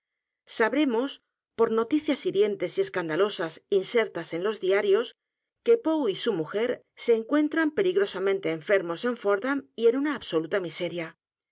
sabremos por noticias hirientes y escandalosas insertas en los diarios q u e p o e y su mujer se encuentran peligrosamente enfermos en f o r dham y en una absoluta miseria